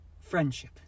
Friendship